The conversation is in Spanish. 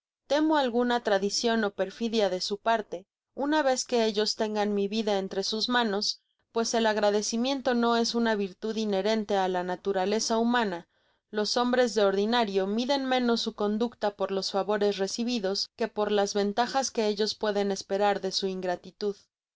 temo alguna traición ó perfidia de su parte una vez que ellos tengan mi vida entre sus manns pues el agradecimiento no es una virtud inherente á la naturaleza humana los hombres de ordinario miden menos su conducta por lo favores recibidos que por las ventajas que ellos pueden esperar de su ingratitud